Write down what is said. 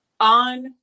on